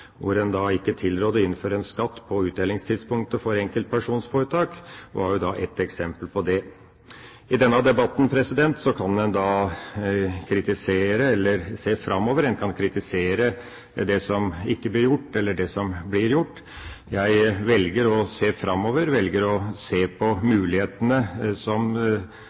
hvor en ikke tilrådde å innføre en skatt på uttellingstidspunktet for enkeltpersonforetak, var ett eksempel på det. I denne debatten kan en kritisere eller se framover. En kan kritisere det som ikke blir gjort, eller det som blir gjort. Jeg velger å se framover, velger å se på mulighetene som